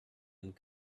and